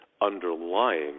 underlying